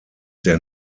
der